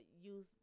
use